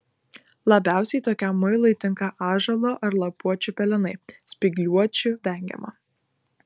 labiausiai tokiam muilui tinka ąžuolo ar lapuočių pelenai spygliuočių vengiama